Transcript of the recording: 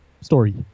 story